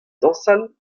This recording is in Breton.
dañsal